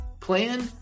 plan